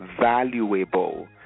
valuable